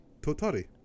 Totari